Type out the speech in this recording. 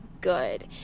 good